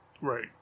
Right